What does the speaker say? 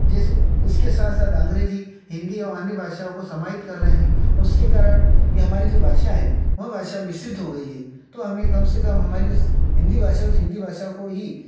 जैसे इसके साथ साथ अंग्रेज़ी हिंदी और अन्य भाषाओं को समाहित कर रहे हैं उसके कारण ये हमारी जो भाषा है वह भाषा मिश्रित हो गई है तो हमें कम से कम हमारी जो हमारी जो हिंदी भाषा है उस हिंदी भाषा को ही